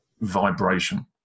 vibration